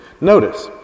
Notice